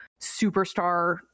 superstar